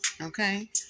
Okay